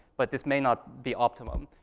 but this may not be optimum.